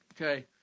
Okay